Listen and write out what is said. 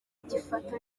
ikifata